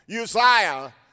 Uzziah